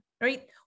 right